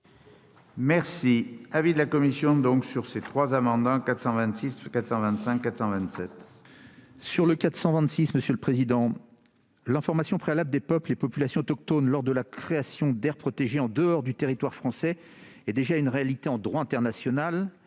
est l'avis de la commission sur ces trois amendements ? S'agissant de l'amendement n° 426 rectifié l'information préalable des peuples et populations autochtones lors de la création d'aires protégées en dehors du territoire français est déjà une réalité en droit international.